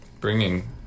bringing